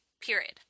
period